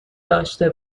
داشته